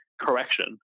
correction